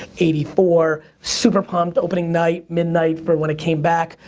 eighty four, super pumped, opening night, midnight for when it came back.